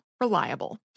Reliable